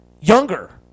younger